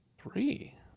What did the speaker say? three